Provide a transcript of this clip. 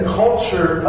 culture